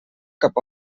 cap